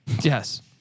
Yes